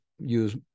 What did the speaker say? use